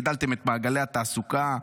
הגדלתם את מעגלי התעסוקה?